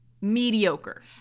mediocre